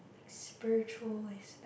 spiritual aspects